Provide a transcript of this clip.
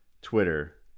Twitter